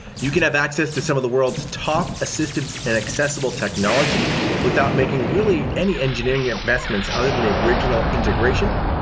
you can have access to some of the world's top assisted and accessible technology without making really any engineering investments other than the original integration,